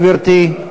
גברתי.